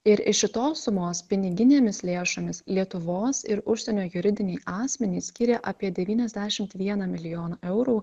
ir iš šitos sumos piniginėmis lėšomis lietuvos ir užsienio juridiniai asmenys skyrė apie devyniasdešimt vieną milijoną eurų